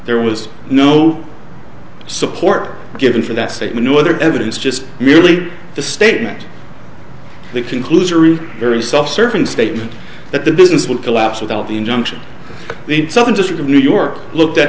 there was no support given for that statement no other evidence just merely the statement the conclusory very self serving statement that the business will collapse without the injunction the southern district of new york looked at